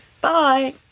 Bye